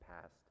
past